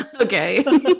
okay